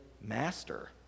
master